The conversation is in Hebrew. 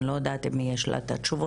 אני לא יודעת אם יש לה את התשובות,